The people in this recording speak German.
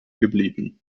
geblieben